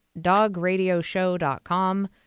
dogradioshow.com